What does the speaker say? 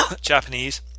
Japanese